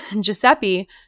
Giuseppe